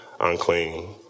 unclean